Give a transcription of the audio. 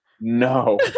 No